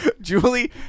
Julie